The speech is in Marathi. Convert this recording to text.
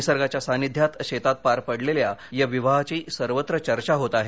निसर्गाच्या सान्निध्यात शेतात पार पडलेल्या या विवाहाची सर्वत्र चर्चा होत आहे